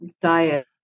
diet